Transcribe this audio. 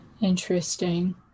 interesting